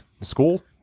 School